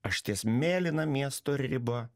aš ties mėlyna miesto riba